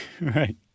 right